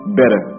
better